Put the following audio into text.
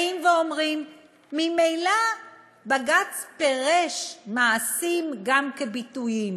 באים ואומרים: ממילא בג"ץ פירש מעשים גם כביטויים,